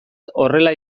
horrela